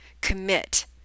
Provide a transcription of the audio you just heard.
commit